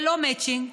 ללא מצ'ינג.